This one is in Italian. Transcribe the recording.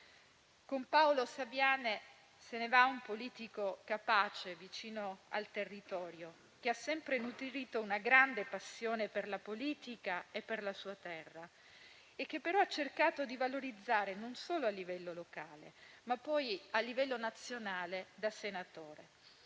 Con Paolo Saviane se ne va un politico capace, vicino al territorio, che ha sempre nutrito una grande passione per la politica e per la sua terra, che ha cercato di valorizzare, non solo a livello locale, ma anche a livello nazionale, da senatore.